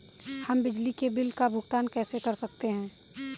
हम बिजली के बिल का भुगतान कैसे कर सकते हैं?